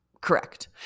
Correct